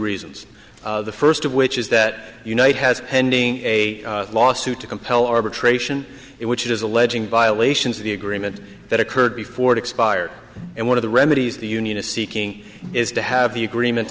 reasons the first of which is that unite has pending a lawsuit to compel arbitration it which is alleging violations of the agreement that occurred before it expired and one of the remedies the union is seeking is to have the agreement